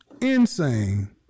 Insane